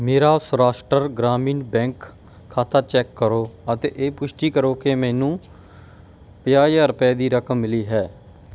ਮੇਰਾ ਸੌਰਾਸ਼ਟਰ ਗ੍ਰਾਮੀਣ ਬੈਂਕ ਖਾਤਾ ਚੈੱਕ ਕਰੋ ਅਤੇ ਇਹ ਪੁਸ਼ਟੀ ਕਰੋ ਕਿ ਮੈਨੂੰ ਪੰਜਾਹ ਹਜ਼ਾਰ ਰੁਪਏ ਦੀ ਰਕਮ ਮਿਲੀ ਹੈ